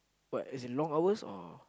what as in long hours or